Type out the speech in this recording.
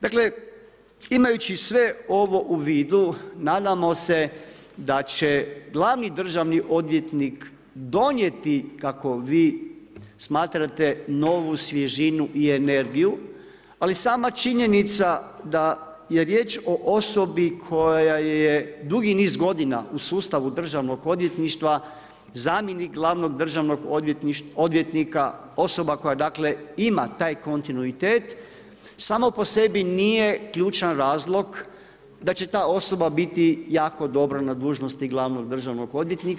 Dakle imajući sve ovo u vidu, nadamo se da će glavni državni odvjetnik donijeti kako vi smatrate, novu svježinu i energiju, ali sama činjenica da je riječ o osobi koja je dugi niz godina u sustavu državnog odvjetništva, zamjenik glavnog državnog odvjetnika, osoba koja ima taj kontinuitet, samo po sebi nije ključan razlog da će ta osoba biti jako dobro na dužnosti glavnog državnog odvjetnika.